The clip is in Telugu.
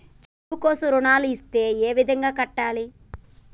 చదువు కోసం రుణాలు ఇస్తే ఏ విధంగా కట్టాలి?